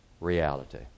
reality